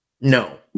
No